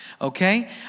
okay